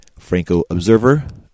francoobserver